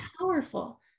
powerful